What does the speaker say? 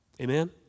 Amen